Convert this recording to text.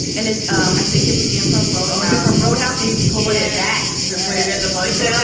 and it's um i think it's a game from road from roadhouse where he's put it back to put it in the body itself. yeah